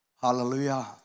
Hallelujah